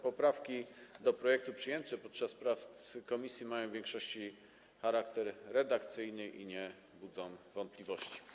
Poprawki do projektu przyjęte podczas prac komisji mają w większości charakter redakcyjny i nie budzą wątpliwości.